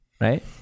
Right